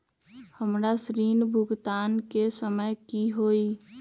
हमर ऋण भुगतान के समय कि होई?